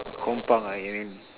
kompang ah you mean